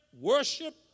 worship